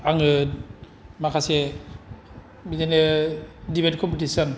आङो माखासे बिदिनो दिबेट कमफिटिसन